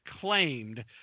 claimed